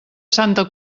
santa